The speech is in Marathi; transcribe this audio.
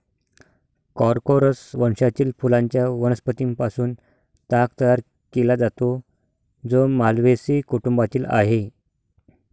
कॉर्कोरस वंशातील फुलांच्या वनस्पतीं पासून ताग तयार केला जातो, जो माल्व्हेसी कुटुंबातील आहे